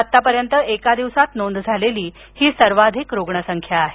आतापर्यंत एका दिवसात नोंद झालेली ही सर्वाधिक रुग्ण संख्या आहे